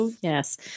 Yes